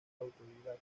autodidacta